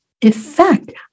effect